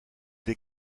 des